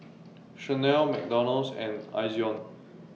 Chanel McDonald's and Ezion